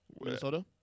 Minnesota